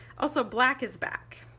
also black is back.